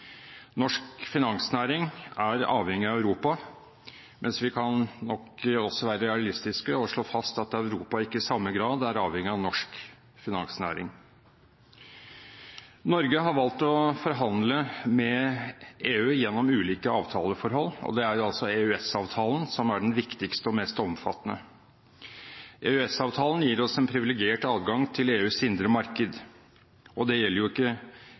Norsk finansnæring er avhengig av Europa, mens vi nok kan være realistiske og slå fast at Europa ikke i samme grad er avhengig av norsk finansnæring. Norge har valgt å forhandle med EU gjennom ulike avtaleforhold. Det er altså EØS-avtalen som er den viktigste og mest omfattende. EØS-avtalen gir oss en privilegert adgang til EUs indre marked, og det gjelder jo ikke